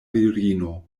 virino